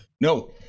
No